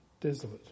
desolate